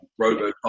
Robocop